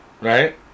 right